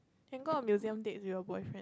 can go on museum dates with your boyfriend